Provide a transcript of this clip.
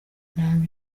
nanga